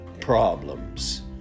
problems